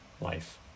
life